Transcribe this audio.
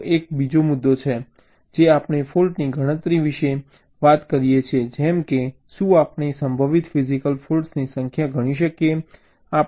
તો એક બીજો મુદ્દો છે જે આપણે ફૉલ્ટની ગણતરી વિશે વાત કરીએ છીએ જેમ કે શું આપણે સંભવિત ફિઝિકલ ફૉલ્ટ્સની સંખ્યા ગણી શકીએ